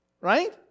right